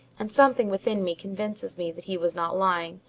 and something within me convinces me that he was not lying.